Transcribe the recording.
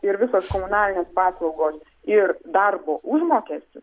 ir visos komunalinės paslaugos ir darbo užmokestis